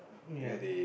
ya